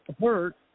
hurt